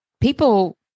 People